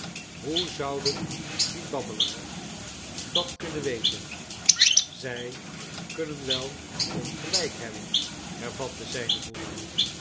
hoe zouden die babbelaars dat kunnen weten zij kunnen wel ongelijk hebben hervatte zijne moeder